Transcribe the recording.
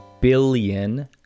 billion